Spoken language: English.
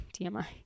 TMI